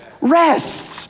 rests